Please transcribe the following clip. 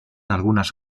algunas